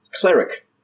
cleric